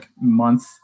month